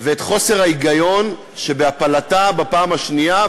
ואת חוסר ההיגיון שבהפלתה בפעם השנייה,